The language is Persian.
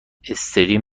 استریم